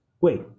wait